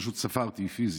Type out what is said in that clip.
פשוט ספרתי, פיזית.